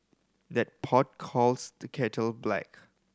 that pot calls the kettle black